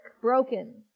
broken